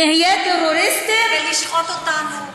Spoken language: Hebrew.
כדי לשחוט אותנו.